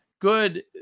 good